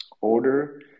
order